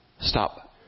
stop